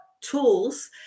tools